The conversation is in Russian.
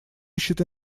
ищет